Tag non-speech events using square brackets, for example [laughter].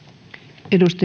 arvoisa [unintelligible]